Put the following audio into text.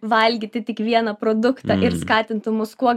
valgyti tik vieną produktą ir skatintų mus kuo